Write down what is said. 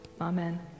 Amen